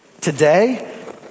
today